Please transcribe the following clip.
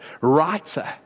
writer